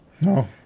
no